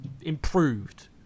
improved